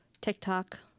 TikTok